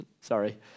sorry